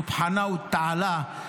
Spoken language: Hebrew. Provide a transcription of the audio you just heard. ישמרנו האל יתעלה,